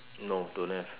no don't have